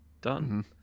done